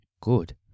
good